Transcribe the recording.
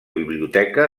biblioteca